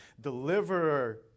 deliverer